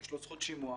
יש לו זכות שימוע.